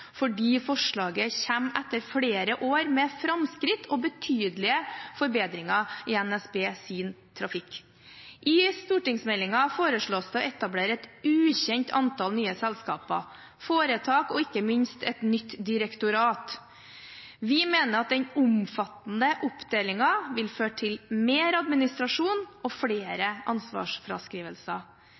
fordi forslaget kommer etter flere år med framskritt og betydelige forbedringer i NSBs trafikk. I stortingsmeldingen foreslås det å etablere et ukjent antall nye selskaper, foretak og, ikke minst, et nytt direktorat. Vi mener at den omfattende oppdelingen vil føre til mer administrasjon og flere ansvarsfraskrivelser.